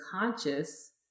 conscious